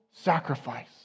sacrifice